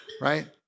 Right